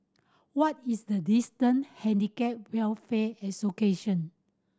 what is the distant Handicap Welfare Association